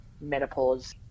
menopause